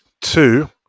two